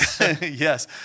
Yes